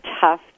tough